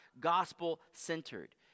gospel-centered